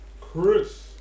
Chris